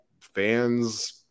fans –